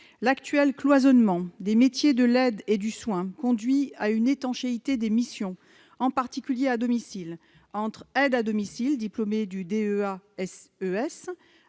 l'actuel cloisonnement des métiers de l'aide et du soin conduit à une étanchéité des missions, en particulier à domicile, entre aide à domicile, titulaire du